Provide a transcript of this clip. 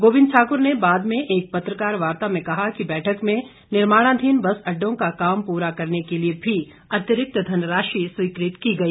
गोविंद ठाकुर ने बाद में एक पत्रकार वार्ता में कहा कि बैठक में निर्माणाधीन बस अड्डो का काम पूरा करने के लिए भी अतिरिक्त धन राशि स्वीकृत की गई